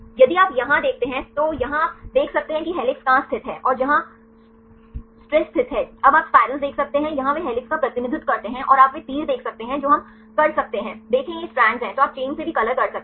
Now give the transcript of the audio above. यदि आप यहाँ देखते हैं तो यहाँ आप देख सकते हैं कि हेलिक्स कहाँ स्थित हैं और जहाँ स्ट्रैस स्थित हैं अब आप सर्पिल देख सकते हैं यहाँ वे हेलिक्स का प्रतिनिधित्व करते हैं और आप वे तीर देख सकते हैं जो हम कर सकते हैं देखें ये स्ट्रैंड्स हैं तो आप चेन से भी कलर कर सकते हैं